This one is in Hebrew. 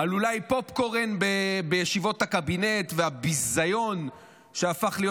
על אולי פופקורן בישיבות הקבינט והביזיון שהפך להיות